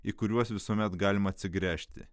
į kuriuos visuomet galima atsigręžti